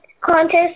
contest